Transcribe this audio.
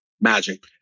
Magic